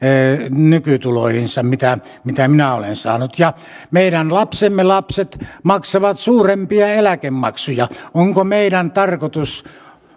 nykytuloihinsa kuin mitä minä olen saanut ja meidän lapsiemme lapset maksavat suurempia eläkemaksuja onko meidän tarkoitus